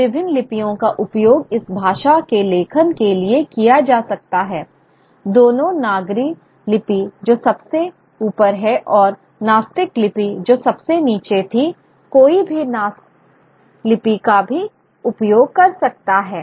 और विभिन्न लिपियों का उपयोग इस भाषा के लेखन के लिए किया जा सकता है दोनों नागरी लिपि जो सबसे ऊपर है और नस्तलीक लिपि जो सबसे नीचे थी कोई भी नास्क लिपि का भी उपयोग कर सकता है